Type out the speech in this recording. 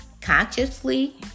consciously